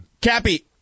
Cappy